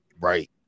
Right